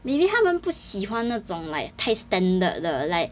maybe 他们不喜欢那种太 standard 的